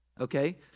Okay